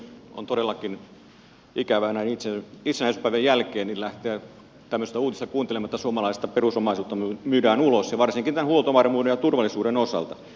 on todellakin ikävää näin itsenäisyyspäivän jälkeen lähteä tämmöistä uutista kuuntelemaan että suomalaista perusomaisuutta myydään ulos varsinkin tämän huoltovarmuuden ja turvallisuuden osalta